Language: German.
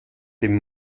dem